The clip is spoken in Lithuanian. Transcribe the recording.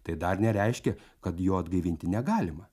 tai dar nereiškia kad jo atgaivinti negalima